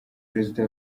perezida